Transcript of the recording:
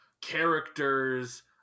characters